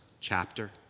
chapter